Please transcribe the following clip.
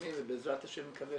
ומקדמים ובעזרת השם אני מקווה